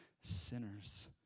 sinners